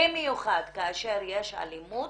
במיוחד כאשר יש אלימות,